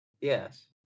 Yes